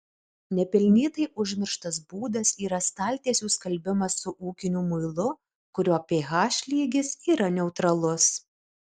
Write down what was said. nepelnytai užmirštas būdas yra staltiesių skalbimas su ūkiniu muilu kurio ph lygis yra neutralus